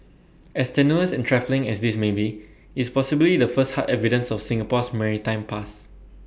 as tenuous and trifling as this may be IT is possibly the first hard evidences of Singapore's maritime past